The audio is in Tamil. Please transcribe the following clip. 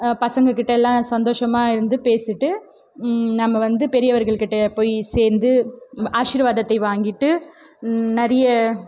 பசங்கள்க்கிட்ட எல்லாம் சந்தோஷமாக இருந்து பேசிகிட்டு நம்ம வந்து பெரியவர்கள்கிட்டே போய் சேர்ந்து ஆசீர்வாதத்தை வாங்கிட்டு நிறைய